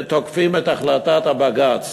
ותוקפים את החלטת הבג"ץ,